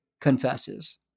confesses